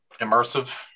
immersive